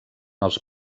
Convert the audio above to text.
els